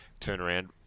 turnaround